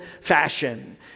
fashion